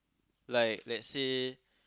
like let's say